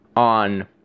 on